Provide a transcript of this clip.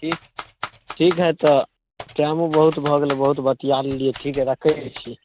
ठीक ठीक हइ तऽ टाइमो बहुत भऽ गेलै बहुत बतिआ लेलिए ठीक हइ रखै छी